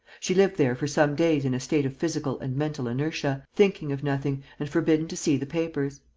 she lived there for some days in a state of physical and mental inertia, thinking of nothing and forbidden to see the papers.